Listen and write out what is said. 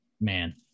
man